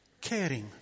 caring